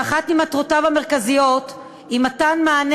שאחת ממטרותיו המרכזיות היא מתן מענה